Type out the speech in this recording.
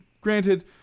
Granted